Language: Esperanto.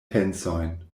pensojn